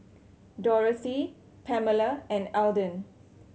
Dorathy Pamella and Alden